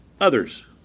others